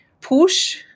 push